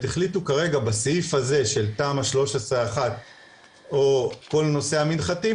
החליטו כרגע בסעיף הזה של תמ"א 13/ 1 או כל נושא המנחתים,